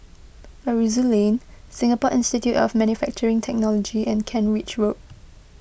Aroozoo Lane Singapore Institute of Manufacturing Technology and Kent Ridge Road